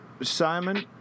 Simon